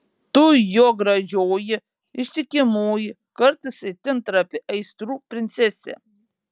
tu jo gražioji ištikimoji kartais itin trapi aistrų princesė